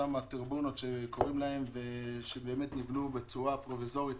אותן טריבונות שנבנו בצורה פרוביזורית,